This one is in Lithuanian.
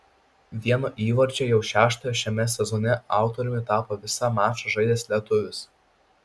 vieno įvarčio jau šeštojo šiame sezone autoriumi tapo visą mačą žaidęs lietuvis